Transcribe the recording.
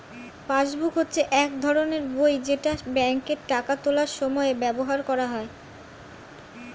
passbook হচ্ছে এক ধরনের বই যেটা ব্যাংকে টাকা তোলার সময় ব্যবহার করা হয়